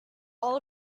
all